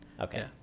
okay